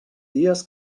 dies